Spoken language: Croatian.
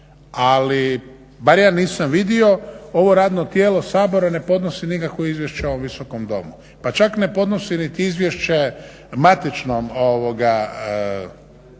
Ali bar ja nisam vidio ovo radno tijelo Sabora ne podnosi nikakvo izvješće ovom visokom domu pa čak ne podnosi niti izvješće matičnom radnom